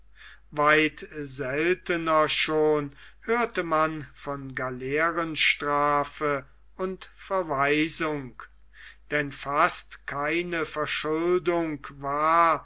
weit seltner schon hörte man von galeerenstrafe und verweisung denn fast keine verschuldung war